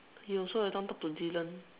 you also every time talk to Dylan